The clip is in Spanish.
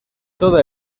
toda